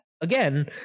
again